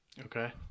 Okay